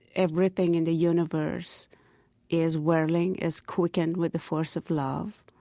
everything in the universe is whirling, is quickened with the force of love.